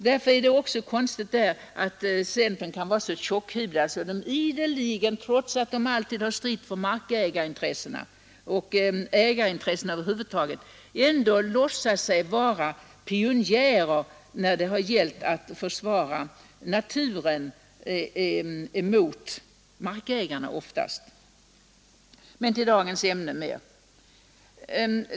Därför är det konstigt att centerpartisterna kan vara så tjockhudade att de ideligen — trots att de alltid stridit för markägarintressena och ägarintressena över huvud taget — låtsas vara pionjärer när det gällt att försvara naturen mot markägarna, oftast. Men till dagens ämne mer.